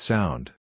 Sound